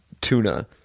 Tuna